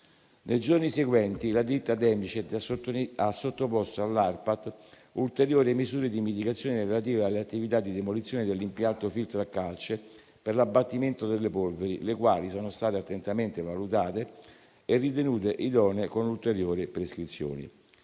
Nei giorni seguenti, la ditta Demiced ha sottoposto all'ARPAT ulteriori misure di mitigazione relative alle attività di demolizione dell'impianto filtro a calce per l'abbattimento delle polveri, le quali sono state attentamente valutate e ritenute idonee con ulteriori prescrizioni.